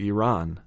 Iran